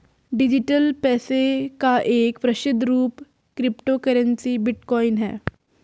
digital पैसे का एक प्रसिद्ध रूप क्रिप्टो करेंसी बिटकॉइन है